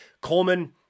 Coleman